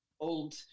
old